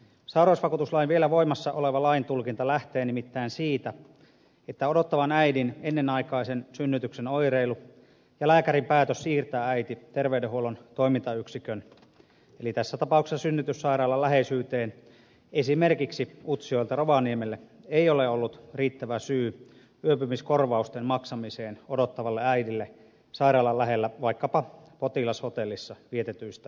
sairausvakuutuslain vielä voimassa oleva laintulkinta lähtee nimittäin siitä että odottavan äidin ennenaikaisen synnytyksen oireilu ja lääkärin päätös siirtää äiti terveydenhuollon toimintayksikön eli tässä tapauksessa synnytyssairaalan läheisyyteen esimerkiksi utsjoelta rovaniemelle ei ole ollut riittävä syy yöpymiskorvausten maksamiseen odottavalle äidille sairaalan lähellä vaikkapa potilashotellissa vietetyistä öistä